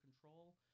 control